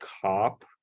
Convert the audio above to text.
cop